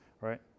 right